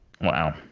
Wow